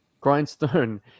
Grindstone